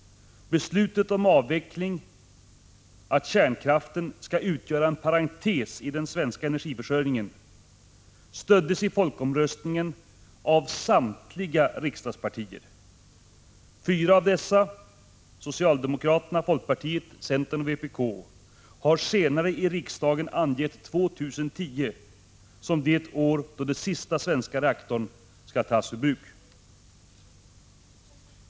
Beslutet om avveckling — att kärnkraften skall utgöra en parentes i den svenska energiförsörjningen — stöddes i folkomröstningen av samtliga riksdagspartier. Fyra av dessa, socialdemokraterna, folkpartiet, centern och vpk, har senare i riksdagen angett 2010 som det år då den sista svenska reaktorn skall tas ur bruk.